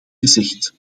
gezegd